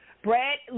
Brad